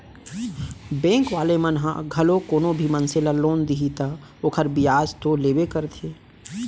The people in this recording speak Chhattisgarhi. बेंक वाले मन ह घलोक कोनो भी मनसे ल लोन दिही त ओखर बियाज तो लेबे करथे